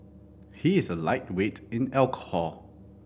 he is a lightweight in alcohol